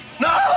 no